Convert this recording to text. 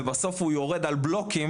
ובסוף הוא יורד על בלוקים